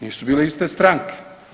Nisu bile iste stranke.